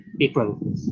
April